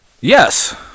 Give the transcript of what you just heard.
Yes